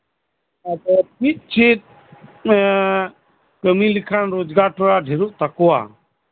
ᱟᱫᱚ ᱪᱮᱫ ᱪᱮᱫ ᱠᱟᱹᱢᱤ ᱞᱮᱠᱷᱟᱱ ᱨᱳᱡᱜᱟᱨ ᱛᱷᱚᱲᱟ ᱰᱷᱮᱨᱚᱜ ᱛᱟᱠᱚᱣᱟ